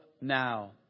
now